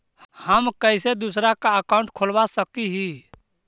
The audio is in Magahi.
हम कैसे दूसरा का अकाउंट खोलबा सकी ही?